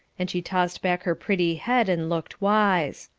and she tossed back her pretty head and looked wise.